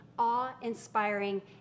awe-inspiring